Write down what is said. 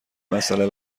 مسئله